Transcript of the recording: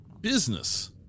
business